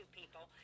people